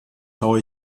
traue